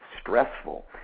stressful